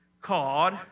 called